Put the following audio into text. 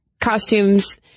costumes